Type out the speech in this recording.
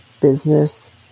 business